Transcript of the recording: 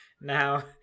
Now